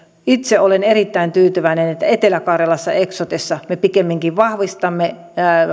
itse olen erittäin tyytyväinen että etelä karjalassa eksotessa me pikemminkin vahvistamme